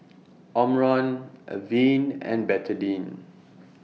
Omron Avene and Betadine